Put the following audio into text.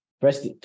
first